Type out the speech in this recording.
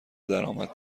درآمد